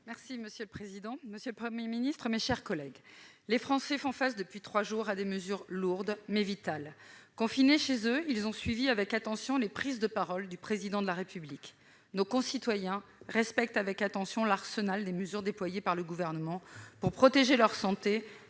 Monsieur le président, monsieur le Premier ministre, mes chers collègues, les Français sont soumis depuis trois jours à des mesures lourdes, mais vitales. Confinés chez eux, ils ont suivi avec attention les prises de parole du Président de la République. Nos concitoyens respectent l'arsenal des mesures déployées par le Gouvernement pour protéger leur santé,